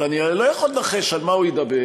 אבל אני הרי לא יכול לנחש על מה הוא ידבר,